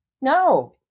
No